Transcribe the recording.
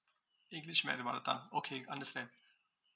english math and mother tongue okay understand